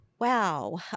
Wow